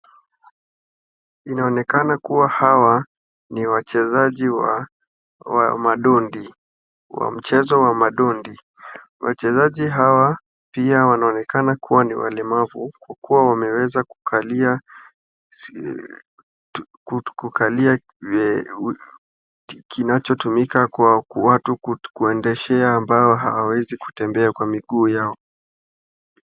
Inaonekana kuwa hawa ni wacheziji wa madondi, wa mchezo wa madondi. Wachezaji hawa pia wanaonekana kuwa ni walemavu kwa kuwa wameweza kukalia kiti kinachotumika kwa watu kuendeshea ambao hawawezi kutembea kwa miguu yao.